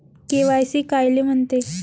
KYC कायले म्हनते?